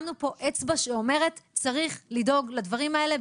שמנו פה אצבע שאומרת שצריך לדאוג לדברים האלה,